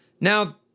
Now